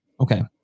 okay